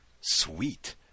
sweet